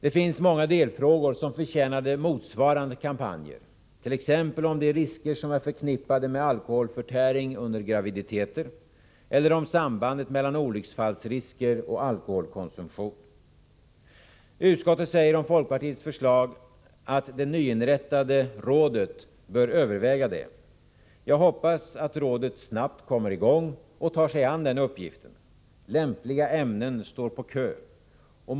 Det finns många delfrågor som förtjänar motsvarande kampanjer, t.ex. frågan om de risker som är förknippade med alkoholförtäring under graviditeter, eller om sambandet mellan olycksfallsrisker och alkoholkonsumtion. Utskottet säger om folkpartiets förslag att det nyinrättade rådet bör överväga detta. Jag hoppas att rådet snart kommer i gång och tar sig an den uppgiften. Lämpliga ämnen står på kö.